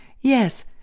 Yes